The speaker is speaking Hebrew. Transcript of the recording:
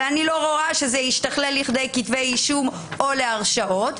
אבל אני לא רואה איך זה ישתכלל לכתבי אישום או הרשעות.